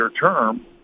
term